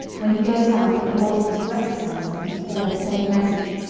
when he goes out with the horses to exercise them or to take a message,